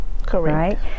correct